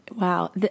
Wow